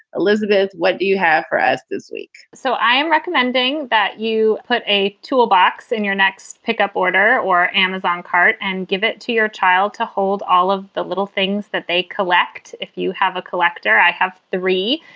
elizabeth, what do you have for us this week? so i am recommending that you put a tool box in your next pick up order or amazon cart and give it to your child to hold all of the little things that they collect. collect. if you have a collector, i have three.